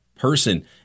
person